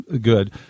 good